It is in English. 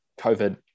COVID